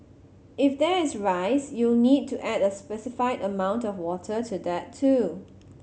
if there is rice you'll need to add a specified amount of water to that too